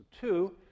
two